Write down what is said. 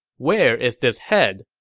where is this head?